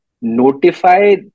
notify